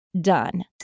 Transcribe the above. done